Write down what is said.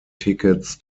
tickets